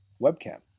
webcam